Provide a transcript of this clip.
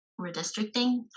redistricting